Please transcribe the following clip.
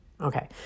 Okay